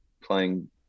playing –